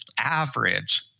average